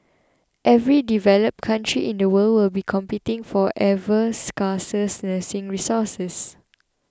every developed country in the world will be competing for ever scarcer nursing resources